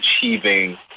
achieving